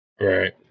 Right